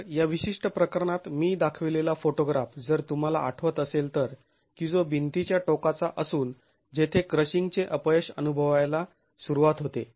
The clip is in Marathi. तर या विशिष्ट प्रकरणात मी दाखविलेला फोटोग्राफ जर तुम्हाला आठवत असेल तर की जो भिंतीच्या टोकाचा असून जेथे क्रशिंगचे अपयश अनुभवायला सुरुवात होते